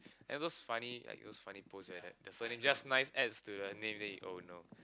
it was funny like it was funny post you've ever have the surname just nice adds to the name list oh no